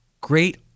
great –